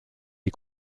les